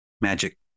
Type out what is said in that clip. magic